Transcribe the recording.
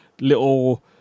little